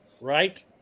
Right